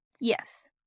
Yes